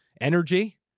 Energy